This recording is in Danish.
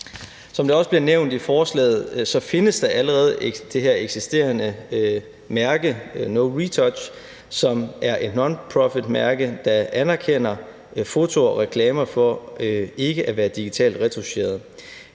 Som det også bliver nævnt i forslaget, findes der allerede det her mærke No retouch, som er et nonprofit mærke, der anerkender fotos og reklamer for ikke at være digitalt retoucherede.